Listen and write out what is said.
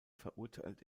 verurteilt